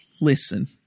listen